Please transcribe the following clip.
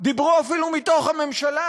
דיברו אפילו מתוך הממשלה,